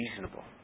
reasonable